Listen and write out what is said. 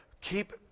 keep